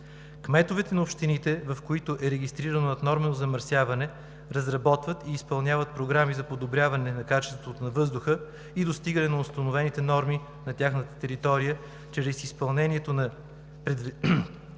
Кметовете на общините, в които е регистрирано наднормено замърсяване, разработват и изпълняват програми за подобряване качеството на въздуха и достигане на установените норми на тяхната територия чрез изпълнението на предвидените